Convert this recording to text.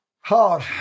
hard